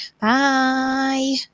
Bye